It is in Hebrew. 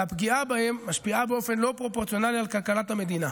והפגיעה בהם משפיעה באופן לא פרופורציונלי על כלכלת המדינה.